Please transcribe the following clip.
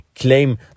claim